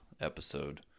episode